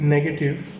Negative